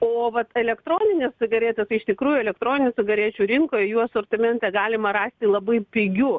o vat elektroninės cigaretės tai iš tikrųjų elektroninių cigarečių rinkoj jų asortimente galima rasti labai pigių